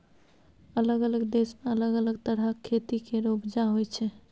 अलग अलग देश मे अलग तरहक खेती केर उपजा होइ छै